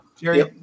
Jerry